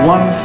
One